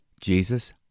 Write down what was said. Jesus